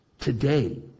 Today